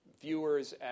viewers